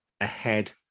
ahead